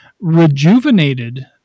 rejuvenated